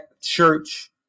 Church